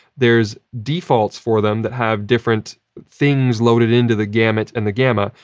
there's defaults for them that have different things loaded into the gamut and the gamma,